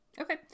Okay